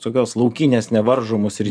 tokios laukinės nevaržomos ir